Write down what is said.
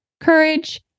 courage